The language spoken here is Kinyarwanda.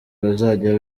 bazajya